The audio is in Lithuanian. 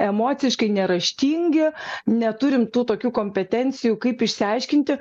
emociškai neraštingi neturim tų tokių kompetencijų kaip išsiaiškinti